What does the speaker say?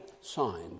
signed